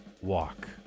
Walk